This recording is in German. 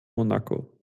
monaco